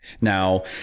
Now